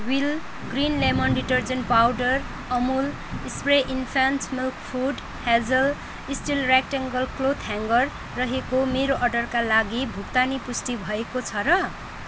wheel green lemon detergent powder Amul spray infant milk food Hazel steel rectangle cloth hanger रहेको मेरो अर्डरका लागि भुक्तानी पुष्टि भएको छ र